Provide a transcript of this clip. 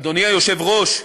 אדוני היושב-ראש,